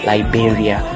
Liberia